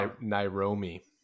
Nairobi